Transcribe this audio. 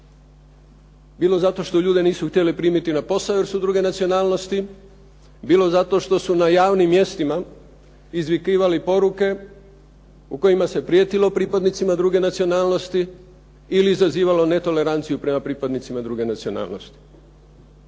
Bilo zato što ljude nisu htjeli primiti na posao jer su druge nacionalnosti, bilo zato što su na javnim mjestima izvikivali poruke u kojima se prijetilo pripadnicima druge nacionalnosti ili zazivalo netoleranciju prema pripadnicima druge nacionalnosti.